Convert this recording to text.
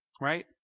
right